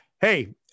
Hey